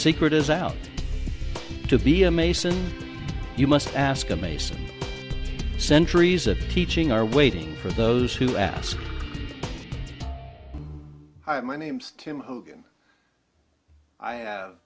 secret is out to be a mason you must ask me some centuries of teaching are waiting for those who have my name's tim hogan i have